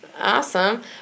Awesome